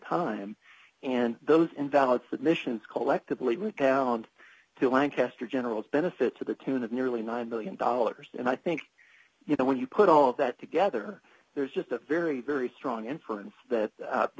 time and those invalid submissions collectively recounts to lancaster general's benefit to the tune of nearly nine billion dollars and i think you know when you put all of that together there's just a very very strong inference that